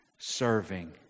serving